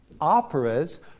operas